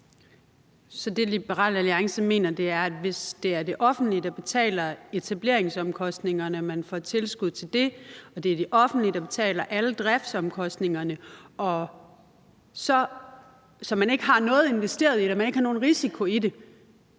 Så det, Liberal Alliance mener, er, at hvis det er det offentlige, der betaler etableringsomkostningerne, og man får tilskud til det, og det er det offentlige, der betaler alle driftsomkostningerne, så man ikke har noget investeret i det og ikke har nogen risiko i det,